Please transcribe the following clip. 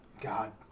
God